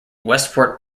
westport